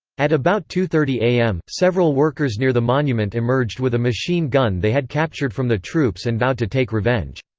at about two thirty am, several workers near the monument emerged with a machine gun they had captured from the troops and vowed to take revenge.